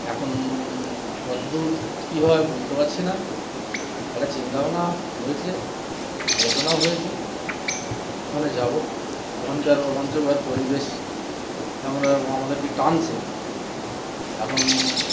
এখন কতদূর কী হয় বলতে পারছি না একটা চিন্তা ভাবনা হয়েছে আলোচনাও হয়েছে ওখানে যাবো ওখানকার রোমাঞ্চকর পরিবেশ আমরা আমাদেরকে টানছে এখন